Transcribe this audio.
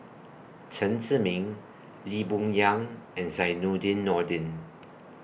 Chen Zhiming Lee Boon Yang and Zainudin Nordin